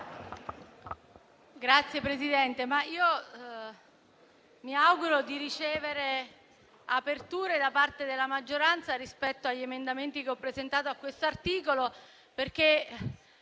Signora Presidente, mi auguro di ricevere aperture da parte della maggioranza rispetto agli emendamenti che ho presentato all'articolo